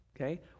okay